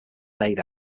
laid